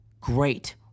great